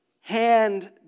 hand